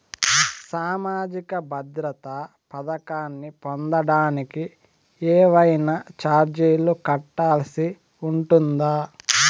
సామాజిక భద్రత పథకాన్ని పొందడానికి ఏవైనా చార్జీలు కట్టాల్సి ఉంటుందా?